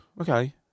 okay